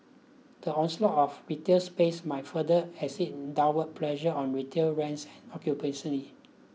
the onslaught of retail space might further exert downward pressure on retail rents and occupancy